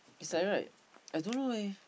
is like right I don't know leh